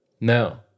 No